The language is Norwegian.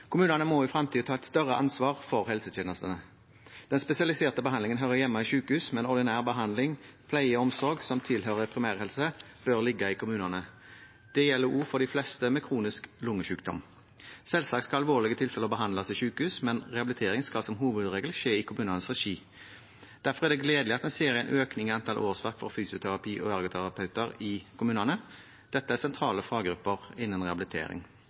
Kommunene må i fremtiden ta et større ansvar for helsetjenestene. Den spesialiserte behandlingen hører hjemme i sykehus, men ordinær behandling, pleie og omsorg, som tilhører primærhelsen, bør ligge i kommunene. Det gjelder også for de fleste med kronisk lungesykdom. Selvsagt skal alvorlige tilfeller behandles i sykehus, men rehabiliteringen skal som hovedregel skje i kommunenes regi. Derfor er det gledelig at vi ser en økning i antall årsverk for fysioterapeuter og ergoterapeuter i kommunene. Dette er sentrale faggrupper innen rehabilitering.